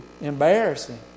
embarrassing